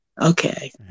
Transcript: Okay